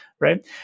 right